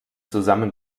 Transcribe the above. zusammen